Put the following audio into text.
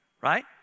right